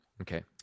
Okay